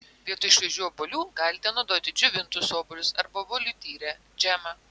vietoj šviežių obuolių galite naudoti džiovintus obuolius arba obuolių tyrę džemą